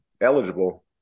eligible